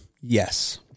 Yes